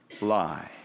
lie